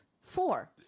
Four